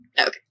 Okay